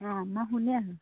অঁ মই শুনি আছোঁ